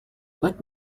let